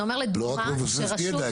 זה אומר --- לא רק מבוססת ידע,